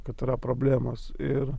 kad yra problemos ir